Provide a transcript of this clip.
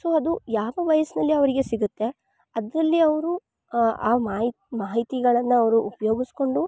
so ಅದು ಯಾವ ವಯಸ್ನಲ್ಲಿ ಅವ್ರಿಗೆ ಸಿಗತ್ತೆ ಅದ್ರಲ್ಲಿ ಅವ್ರು ಆ ಮಾಹಿತ್ ಮಾಹಿತಿಗಳನ್ನ ಅವ್ರು ಉಪಯೋಗಿಸ್ಕೊಂಡು